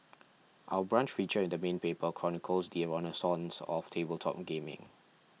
Our Brunch feature in the main paper chronicles the renaissance of tabletop gaming